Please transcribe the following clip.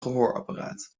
gehoorapparaat